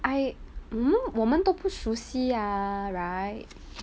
I mm 我们都不熟悉 ah right